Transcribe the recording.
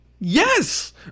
yes